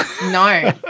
No